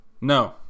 No